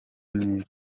niba